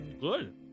Good